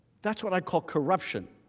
that's what i call, corruption.